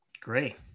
Great